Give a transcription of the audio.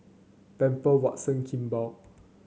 Pamper Watson Kimball